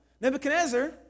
Nebuchadnezzar